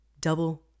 Double